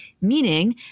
meaning